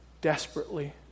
desperately